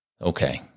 Okay